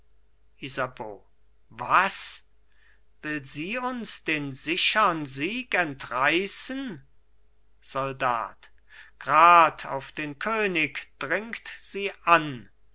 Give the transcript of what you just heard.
was will sie uns den sichern sieg entreißen soldat grad auf den könig dringt sie an